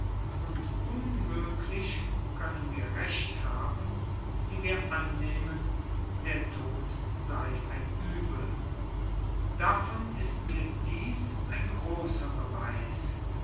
und unmöglich können wir recht haben die wir annehmen der tod sei ein übel davon ist mir dies ein großer beweis